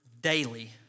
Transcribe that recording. daily